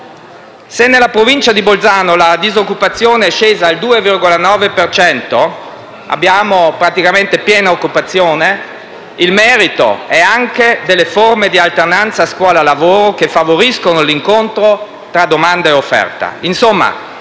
Se nella Provincia di Bolzano la disoccupazione è scesa al 2,9 per cento (abbiamo praticamente piena occupazione) il merito è anche delle forme di alternanza scuola-lavoro che favoriscono l'incontro tra domanda e offerta.